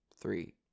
Three